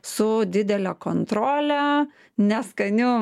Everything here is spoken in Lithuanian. su didele kontrole neskaniu